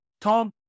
Tom